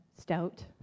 stout